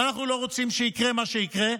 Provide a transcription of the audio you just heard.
ואנחנו לא רוצים שיקרה מה שיקרה,